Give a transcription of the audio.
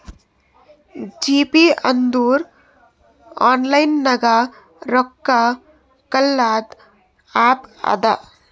GPay ಅಂದುರ್ online ನಾಗ್ ರೊಕ್ಕಾ ಕಳ್ಸದ್ ಆ್ಯಪ್ ಅದಾ